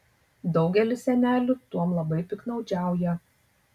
daugelis senelių tuom labai piktnaudžiauja